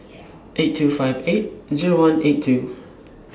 eight two five eight Zero one eight two